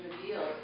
revealed